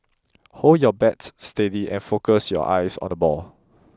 hold your bat steady and focus your eyes on the ball